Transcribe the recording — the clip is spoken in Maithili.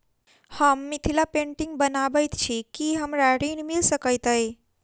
हम मिथिला पेंटिग बनाबैत छी की हमरा ऋण मिल सकैत अई?